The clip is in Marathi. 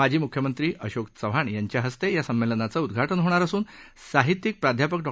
माजी मुख्यमंत्री अशोक चव्हाण यांच्या हस्तव्रि संमव्निमाचं उद्घाटन होणार असून साहित्यिक प्राध्यापक डॉ